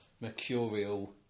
Mercurial